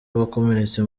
wakomeretse